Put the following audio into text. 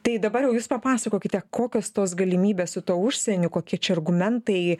tai dabar jau jūs papasakokite kokios tos galimybės su tuo užsieniu kokie čia argumentai